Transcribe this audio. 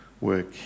work